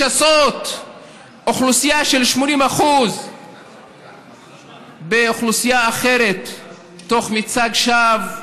לשסות אוכלוסייה של 80% באוכלוסייה אחרת תוך כדי מצג שווא,